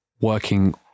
working